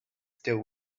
still